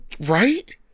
Right